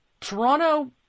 Toronto